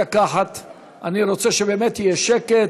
אני רוצה שבאמת יהיה שקט.